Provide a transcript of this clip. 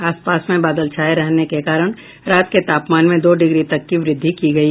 आसमान में बादल छाये रहने के कारण रात के तापमान में दो डिग्री तक की वृद्धि दर्ज की गयी